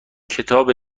کتاب